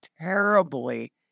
terribly